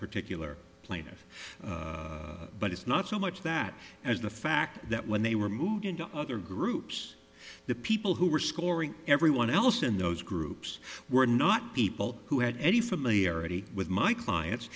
particular plaintiff but it's not so much that as the fact that when they were moved into other groups the people who were scoring everyone else in those groups were not people who had any familiarity with my clients